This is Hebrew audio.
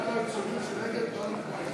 תוצאות ההצבעה: בעד, 30 חברי כנסת,